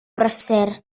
brysur